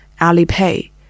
Alipay